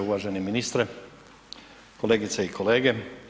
Uvaženi ministre, kolegice i kolege.